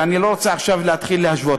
ואני לא רוצה עכשיו להתחיל להשוות.